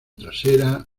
trasera